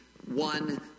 One